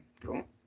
cool